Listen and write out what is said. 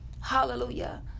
hallelujah